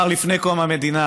כך הוא אמר לפני קום המדינה,